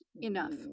Enough